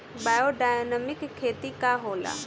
Biodynamic खेती का होला?